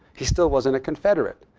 he still wasn't a confederate.